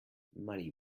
money